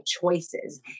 choices